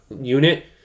unit